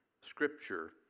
scripture